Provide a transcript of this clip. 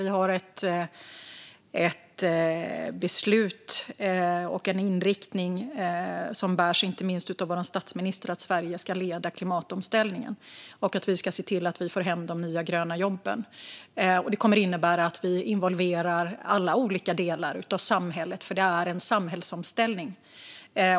Vi har ett beslut och en inriktning som bärs inte minst av vår statsminister, nämligen att Sverige ska leda klimatomställningen och att vi ska se till att vi för hem de nya, gröna jobben. Det kommer att innebära att vi involverar alla olika delar av samhället, för detta är en samhällsomställning.